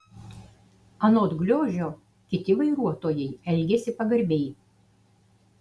anot gliožio kiti vairuotojai elgiasi pagarbiai